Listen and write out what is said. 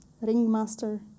ringmaster